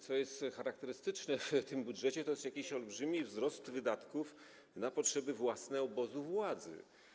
Co jest charakterystyczne w tym budżecie, to jakiś olbrzymi wzrost wydatków na potrzeby własne obozu władzy.